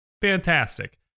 fantastic